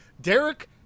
Derek